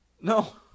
No